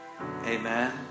Amen